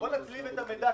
בואו נזרים את המידע,